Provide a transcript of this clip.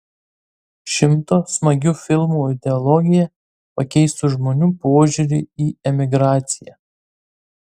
šimto smagių filmų ideologija pakeistų žmonių požiūrį į emigraciją